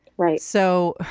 right. so